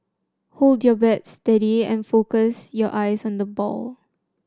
hold your bat steady and focus your eyes on the ball